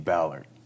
Ballard